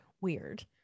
weird